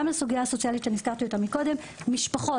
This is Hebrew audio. גם הסוגיה הסוציאלית שהזכרתי קודם משפחות